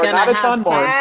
and not a ton more.